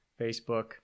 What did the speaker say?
facebook